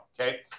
okay